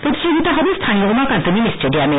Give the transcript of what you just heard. প্রতিযোগিতাটি হবে স্হানীয় উমাকান্ত মিনি স্টেডিয়ামে